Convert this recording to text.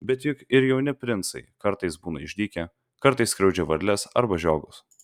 bet juk ir jauni princai kartais būna išdykę kartais skriaudžia varles arba žiogus